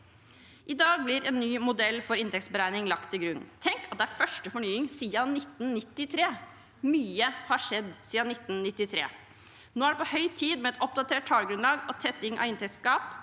I dag blir en ny modell for inntektsberegning lagt til grunn. Tenk at det er første fornying siden 1993! Mye har skjedd siden 1993. Nå er det på høy tid med et oppdatert tallgrunnlag og tetting av inntektsgap.